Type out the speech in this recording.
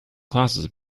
classes